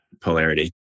polarity